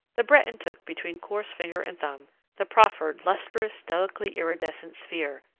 the breton took between coarse finger and thumb the proffered lustrous, delicately iridescent sphere,